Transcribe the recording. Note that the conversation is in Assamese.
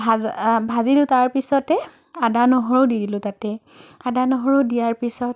ভাজা ভাজিলোঁ তাৰ পিছতে আদা নহৰু দি দিলোঁ তাতে আদা ন'হৰু দিয়াৰ পিছত